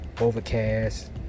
Overcast